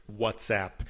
whatsapp